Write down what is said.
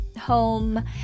home